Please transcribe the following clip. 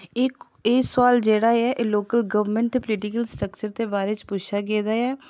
इक एह् सुआल जेह्ड़ा ऐ एह् लोकल गौरमैंट ते पोलिटिकल स्ट्रक्चर दे बारे च पुच्छेआ गेदा ऐ